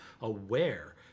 aware